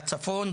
בצפון,